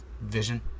Vision